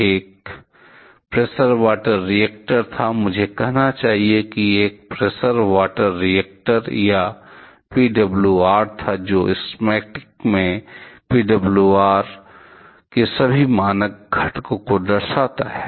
यह एक pressure water reactor था मुझे कहना चाहिए कि यह एक प्रेशर वाटर रिएक्टर या पीडब्लूआर था जो स्कीमैटिक में पीडब्ल्यूआर के सभी मानक घटकों को दर्शाता है